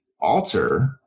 alter